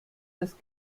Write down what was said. das